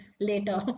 later